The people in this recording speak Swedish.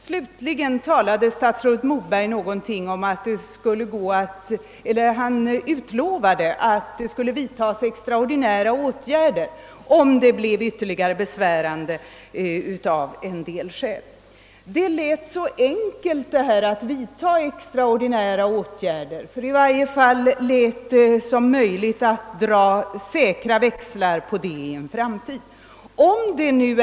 Slutligen lovade statsrådet Moberg att det skulle vidtas extraordinära åtgärder, om det av något skäl uppstod ytterligare svårigheter. Det låter så enkelt att man skall vidta extraordinära åtgärder, och det lät som om det vore möjligt att i en framtid dra säkra växlar på ett sådant uttalande.